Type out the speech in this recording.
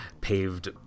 paved